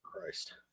Christ